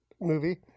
movie